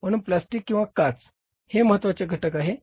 म्हणून प्लॅस्टिक किंवा काच हे येथे महत्वाचे घटक आहे